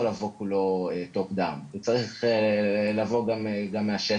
לבוא כולו top down הוא צריך לבוא גם מהשטח.